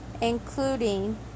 including